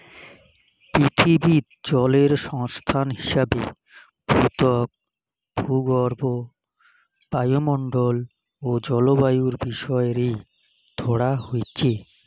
পিথীবিত জলের সংস্থান হিসাবে ভূত্বক, ভূগর্ভ, বায়ুমণ্ডল ও জলবায়ুর বিষয় রে ধরা হইচে